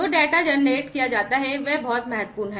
जो data generate किया जाता है वह बहुत महत्वपूर्ण है